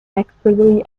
expertly